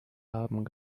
haben